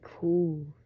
cool